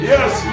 Yes